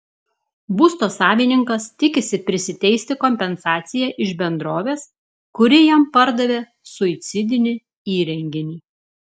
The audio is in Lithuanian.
būsto savininkas tikisi prisiteisti kompensaciją iš bendrovės kuri jam pardavė suicidinį įrenginį